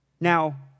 Now